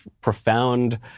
profound